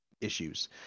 Issues